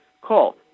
Call